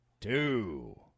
two